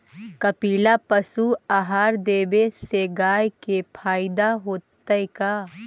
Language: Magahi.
कपिला पशु आहार देवे से गाय के फायदा होतै का?